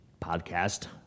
Podcast